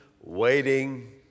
waiting